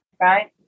Right